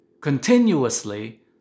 continuously